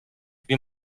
wie